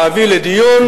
להביא לדיון.